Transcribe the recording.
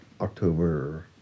October